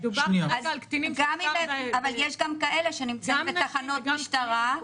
אבל יש גם כאלה שנמצאים בתחנת משטרה,